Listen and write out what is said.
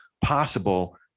possible